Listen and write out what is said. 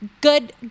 good